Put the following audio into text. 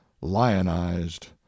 lionized